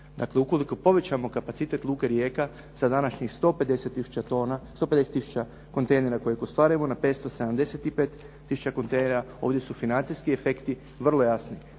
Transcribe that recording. Dakle, ukoliko povećamo kapacitet luke Rijeka sa današnjih 150 tisuća kontejnera kojih ostvarujemo na 575 tisuća kontejnera ovdje su financijski efekti vrlo jasni